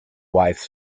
wife